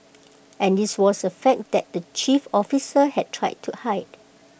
and this was A fact that the chief officers had tried to hide